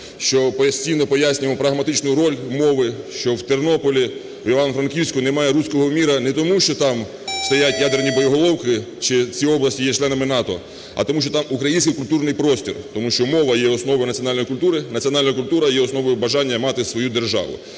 пояснюємо прагматичну роль мови, що у Тернополі, Івано-Франківську немає "руського мира" не тому, що там стоять ядерні боєголовки чи ці області є членами НАТО, а тому, що там український культурний простір, тому що мова є основою національної культури, національна культура є основою бажання мати свою державу.